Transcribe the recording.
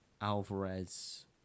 Alvarez